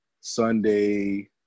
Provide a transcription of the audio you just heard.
Sunday